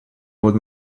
old